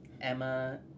Emma